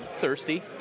thirsty